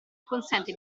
consente